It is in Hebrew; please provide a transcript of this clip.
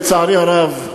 לצערי הרב,